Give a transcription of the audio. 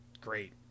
great